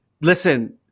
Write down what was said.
Listen